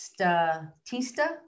Statista